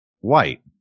white